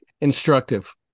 instructive